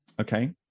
Okay